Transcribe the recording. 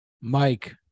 Mike